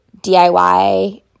DIY